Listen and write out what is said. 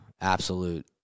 absolute